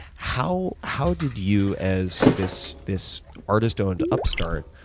how how did you, as this this artist owned upstart,